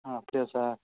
ஆ அப்படியா சார்